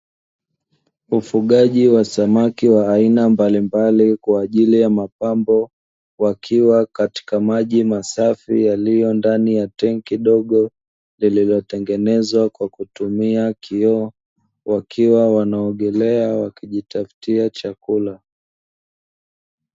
Ufugaji wa samaki wa aina mbalimbali kwa ajili ya mapambo, wakiwa katika maji masafi yaliyo ndani ya tangi dogo lililotengenezwa kwa kutumia kioo, wakiwa wanaogelea wakijitafutia chakula.